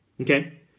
Okay